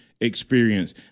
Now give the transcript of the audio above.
experience